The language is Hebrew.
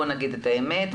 בואי נגיד את האמת,